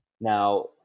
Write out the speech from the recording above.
Now